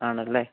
ആണല്ലേ